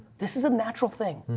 this is a natural thing.